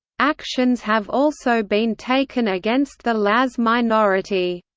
actions have also been taken against the laz minority.